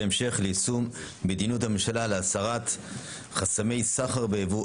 בהמשך ליישום מדיניות הממשלה להסרת חסמי סחר בייבוא,